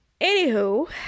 Anywho